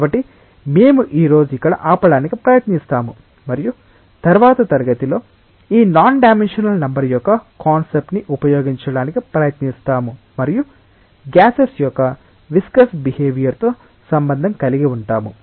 కాబట్టి మేము ఈ రోజు ఇక్కడ ఆపడానికి ప్రయత్నిస్తాము మరియు తరువాతి తరగతిలో ఈ నాన్ డైమెన్షనల్ నెంబర్ యొక్క కాన్సెప్ట్ ని ఉపయోగించుకోవడానికి ప్రయత్నిస్తాము మరియు గ్యాసెస్ యొక్క విస్కస్ బిహేవియర్ తో సంబంధం కలిగి ఉంటాము